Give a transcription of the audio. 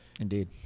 Indeed